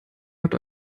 hat